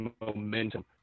momentum